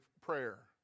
prayer